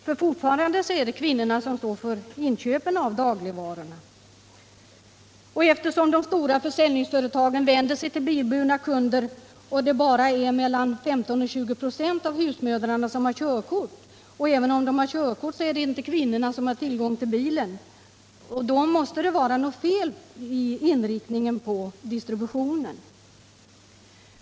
Fortfarande är det kvinnorna som står för inköpen av dagligvarorna. De stora försäljningsföretagen vänder sig till bilburna kunder, men det är bara mellan 15 och 20 926 av husmödrarna som har körkort. Och även om de har körkort så är det inte kvinnorna som har tillgång till familjens bil. Detta innebär att det är något fel i inriktningen av distributionen.